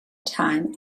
time